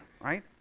right